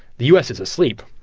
the u s. is asleep,